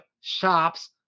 shops